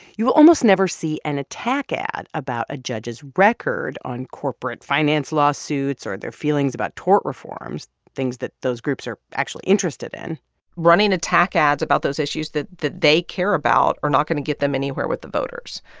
you will almost never see an attack ad about a judge's record on corporate finance lawsuits or their feelings about tort reforms things that those groups are actually interested in running attack ads about those issues that that they care about are not going to get them anywhere with the voters,